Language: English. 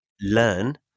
learn